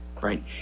right